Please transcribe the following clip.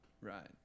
Right